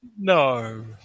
No